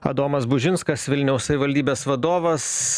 adomas bužinskas vilniaus savivaldybės vadovas